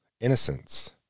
innocence